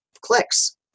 clicks